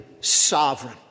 sovereign